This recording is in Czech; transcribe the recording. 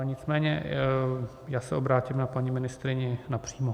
Nicméně já se obrátím na paní ministryni napřímo.